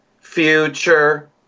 future